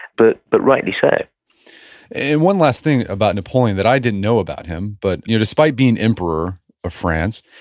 but but rightly so and one last thing about napoleon that i didn't know about him, but you know despite being emperor of france,